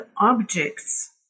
objects